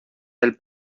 del